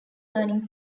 learning